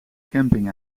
camping